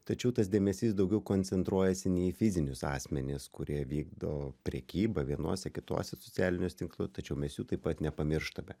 tačiau tas dėmesys daugiau koncentruojasi ne į fizinius asmenis kurie vykdo prekybą vienuose kituose socialiniuose tinkluo tačiau mes jų taip pat nepamirštame